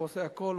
והוא עושה הכול,